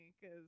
Cause